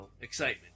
excitement